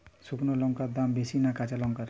শুক্নো লঙ্কার দাম বেশি না কাঁচা লঙ্কার?